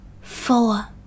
Four